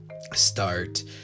start